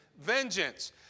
vengeance